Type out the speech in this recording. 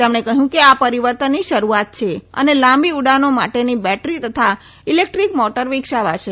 તેમણે કહ્યું કે આ પરિવર્તનની શરૂઆત છે અને લાંબી ઉડાનો માટેની બેટરી તથા ઇલેક્ટ્રીક મોટર વિકસાવાશે